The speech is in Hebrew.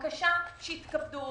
בבקשה שיתכבדו